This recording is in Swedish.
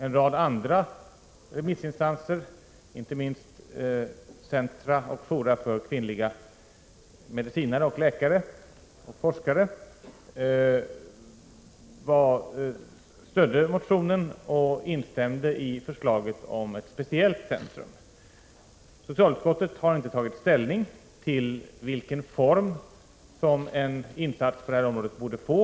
En rad andra remissinstanser, inte minst centra och fora för kvinnliga medicinare, läkare och forskare, stödde motionen och instämde i förslaget om ett speciellt centrum. Socialutskottet har inte tagit ställning till vilken form en insats på detta område borde få.